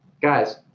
guys